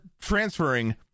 transferring